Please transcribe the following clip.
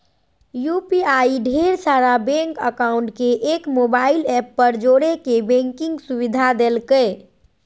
UPI ढेर सारा bank account के एक मोबाइल ऐप पर जोड़े के बैंकिंग सुविधा देलकै